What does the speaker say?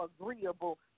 agreeable